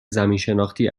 زمینشناختی